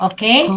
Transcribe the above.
Okay